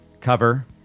cover